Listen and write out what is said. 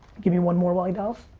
give me one more while he dials.